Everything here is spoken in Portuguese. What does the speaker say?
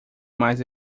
mais